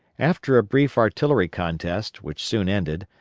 after a brief artillery contest, which soon ended,